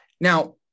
now